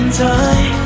time